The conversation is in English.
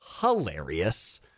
hilarious